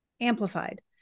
amplified